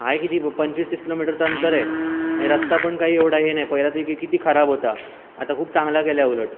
आहे किती प पंचवीस तीस किलोमीटर तर अंतर आहे आणि रस्ता पण काही एवढा हे नाही पहिला तर कि किती खराब होता आता खूप चांगला केला आहे उलट